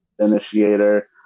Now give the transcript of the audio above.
initiator